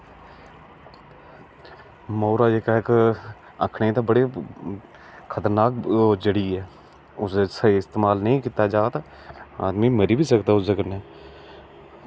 मौरा जेह्का इक्क आखने आस्तै बड़ा इक्क खतरनाक जड़ी ऐ उसदा स्हेई इस्तेमाल नेईं कीता जा तां आदमी मरी बी सकदा उस चीज़ा कन्नै